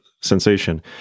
sensation